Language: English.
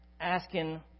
asking